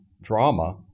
drama